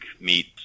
meet